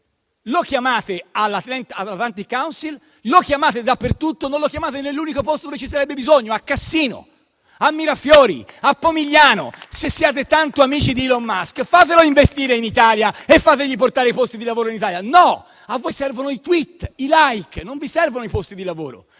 lo chiamate all'Atlantic Council, lo chiamate dappertutto, ma non lo chiamate nell'unico posto dove ci sarebbe bisogno: a Cassino, a Mirafiori, a Pomigliano. Se siete tanto amici di Elon Musk, fatelo venire a investire in Italia e fategli portare i posti di lavoro in Italia. No, a voi servono i *tweet* e i *like*, non vi servono i posti di lavoro,